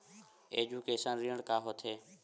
Education ऋण का होथे?